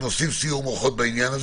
עושים סיעור מוחות בעניין?